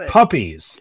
Puppies